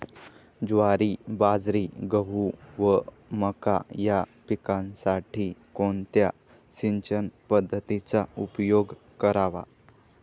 ज्वारी, बाजरी, गहू व मका या पिकांसाठी कोणत्या सिंचन पद्धतीचा उपयोग करावा?